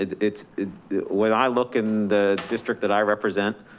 it's when i look in the district that i represent,